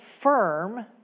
firm